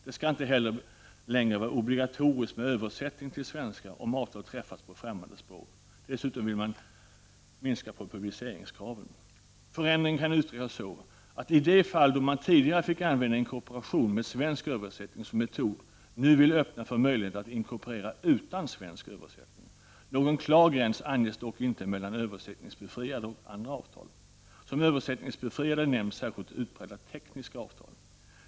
Det skall inte heller längre vara obligatoriskt med översättning till svenska om avtal har träffats på främmande språk. Dessutom vill man minska publiceringskraven. Förändringen kan uttryckas på följande sätt: I de fall då man tidigare fick använda inkorporation med svensk översättning som metod, vill man nu öppna för möjligheten att inkorporera utan svensk översättning. Någon klar gräns anges dock inte mellan översättningsbefriade och andra avtal. Som översättningsbefriade nämns särskilt utpräglat tekniska avtal.